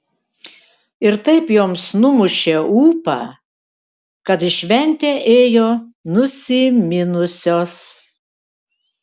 ir taip joms numušė ūpą kad į šventę ėjo nusiminusios